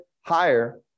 higher